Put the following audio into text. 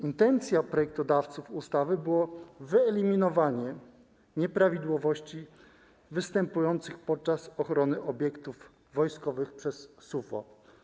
Intencją projektodawców ustawy było wyeliminowanie nieprawidłowości występujących podczas ochrony obiektów wojskowych przez SUFO.